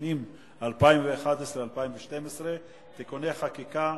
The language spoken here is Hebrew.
לשנים 2011 2012 (תיקוני חקיקה),